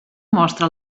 mostra